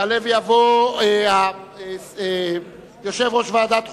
יעלה ויבוא יושב-ראש ועדת חוקה,